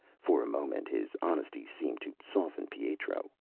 for a moment, his honesty seemed to soften pietro.